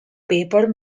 paper